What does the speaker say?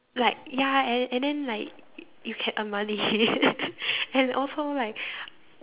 like ya and and then like you can earn money and also like